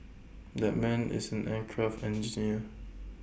that man is an aircraft engineer